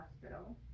hospital